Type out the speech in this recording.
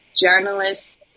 journalists